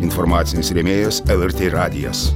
informacinis rėmėjas lrt radijas